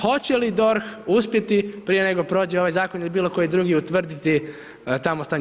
Hoće li DORH uspjeti prije nego prođe ovaj zakon ili bilokoji drugi utvrditi tamo stanje?